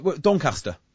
Doncaster